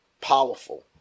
Powerful